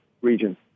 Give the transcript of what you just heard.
region